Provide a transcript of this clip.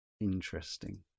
Interesting